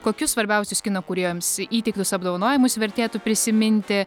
kokius svarbiausius kino kūrėjams įteiktus apdovanojimus vertėtų prisiminti